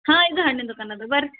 ಹಾಂ ಇದು ಹಣ್ಣಿನ ದುಖಾನ್ ಅದ ಬರ್ರೀ